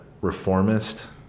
reformist